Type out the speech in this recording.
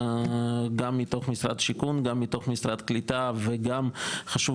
גם מתוך משרד השיכון גם מתוך משרד הקליטה וגם חשוב